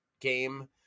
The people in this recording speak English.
game